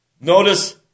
Notice